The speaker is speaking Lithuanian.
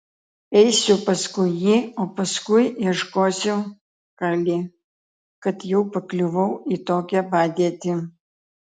eisiu paskui jį o paskui ieškosiu kali kad jau pakliuvau į tokią padėtį